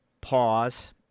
pause